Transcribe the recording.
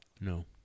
No